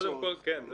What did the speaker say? קודם כל, כן.